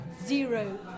zero